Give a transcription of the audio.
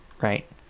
right